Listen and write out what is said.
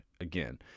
again